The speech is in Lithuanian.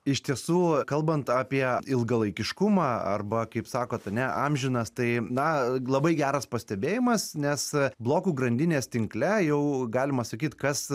iš tiesų kalbant apie ilgalaikiškumą arba kaip sakot ane amžinas tai na labai geras pastebėjimas nes blokų grandinės tinkle jau galima sakyt kas